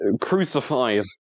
Crucified